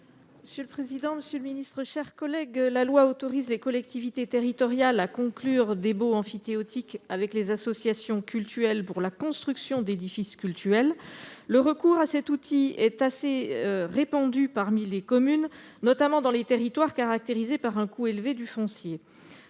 Sylvie Vermeillet. La législation en vigueur autorise les collectivités territoriales à conclure des baux emphytéotiques avec les associations cultuelles pour la construction d'édifices cultuels. Le recours à cet outil est assez répandu parmi les communes, notamment dans les territoires caractérisés par un coût élevé du foncier.